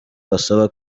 basaba